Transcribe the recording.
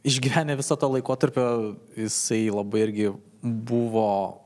išgyvenę viso to laikotarpio jisai labai irgi buvo